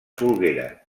folguera